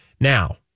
Now